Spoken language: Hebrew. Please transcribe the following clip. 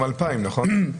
גם 2,000, נכון?